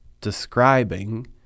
describing